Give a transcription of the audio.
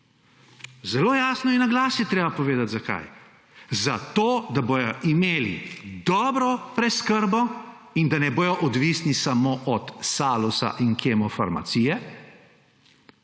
Zelo jasno in na glas je treba povedati, zakaj. Zato da bodo imeli dobro preskrbo in da ne bodo odvisni samo od Salusa in Kemofarmacije,